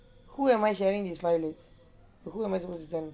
who am I sharing this file with who am I supposed to send